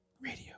radio